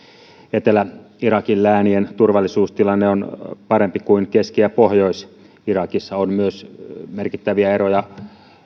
etelä irakin läänien turvallisuustilanne on parempi kuin keski ja pohjois irakissa on myös merkittäviä eroja